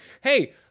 hey